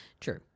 True